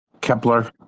Kepler